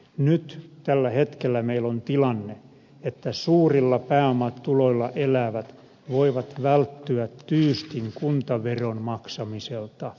nyt tällä hetkellä meillä on tilanne että suurilla pääomatuloilla elävät voivat välttyä tyystin kuntaveron maksamiselta